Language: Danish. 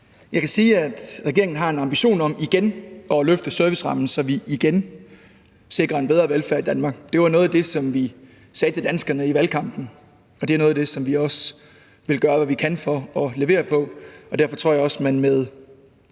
Jeg kan sige, at regeringen har en ambition om igen at løfte servicerammen, så vi igen sikrer en bedre velfærd i Danmark. Det var noget af det, som vi sagde til danskerne i valgkampen, og det er noget af det, som vi også vil gøre, hvad vi kan, for at levere på. Derfor tror jeg også, at man med